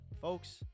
folks